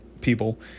people